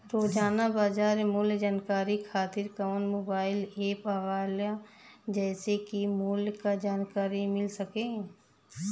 रोजाना बाजार मूल्य जानकारी खातीर कवन मोबाइल ऐप आवेला जेसे के मूल्य क जानकारी मिल सके?